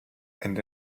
and